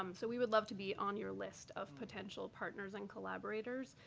um so we would love to be on your list of potential partners and collaborators.